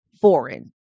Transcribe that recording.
foreign